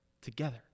together